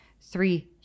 three